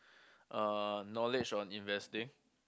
uh knowledge on investing